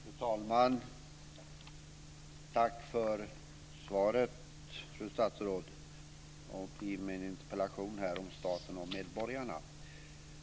Fru talman! Tack för svaret, fru statsråd, på min interpellation om staten och medborgarna.